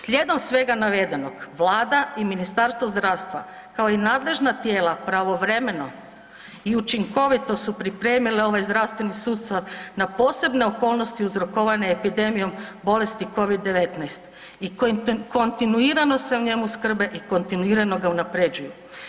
Slijedom svega navedenog Vlada i Ministarstvo zdravstva kao i nadležna tijela pravovremeno i učinkovito su pripremile ovaj zdravstveni sustav na posebne okolnosti uzrokovane epidemijom bolesti COVID-19 i kontinuirano se o njemu skrbe i kontinuirano ga unapređuju.